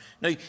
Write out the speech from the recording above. Now